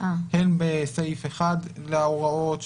הן בסעיף 1 להוראות,